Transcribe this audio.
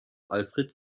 alfred